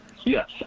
Yes